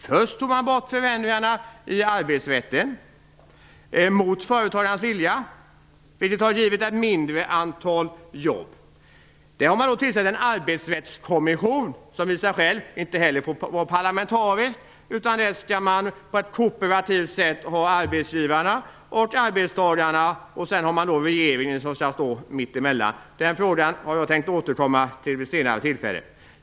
Först tog man, mot företagarnas vilja, bort förändringarna i arbetsrätten, vilket har gett ett mindre antal jobb. Man har då tillsatt en arbetsrättskommissionen, som inte är parlamentariskt sammansatt utan som på ett kooperativt sätt skall ha företrädare från arbetsgivare och arbetstagare, och så skall regeringen stå mittemellan. Jag har tänkt återkomma till den frågan vid ett senare tillfälle.